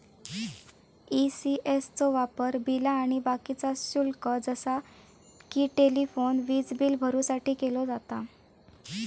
ECS चो वापर बिला आणि बाकीचा शुल्क जसा कि टेलिफोन, वीजबील भरुसाठी केलो जाता